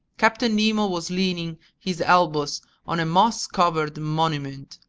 captain nemo was leaning his elbows on a moss-covered monument,